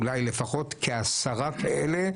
אולי לפחות כ-10 כאלה,